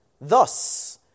Thus